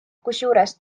kusjuures